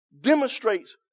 demonstrates